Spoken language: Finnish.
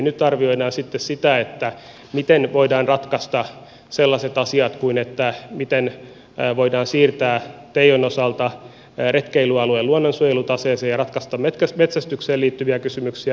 nyt arvioidaan sitten sitä miten voidaan ratkaista sellaiset asiat kuin miten voidaan siirtää teijon osalta retkeilyalue luonnonsuojelutaseeseen ja ratkaista metsästykseen liittyviä kysymyksiä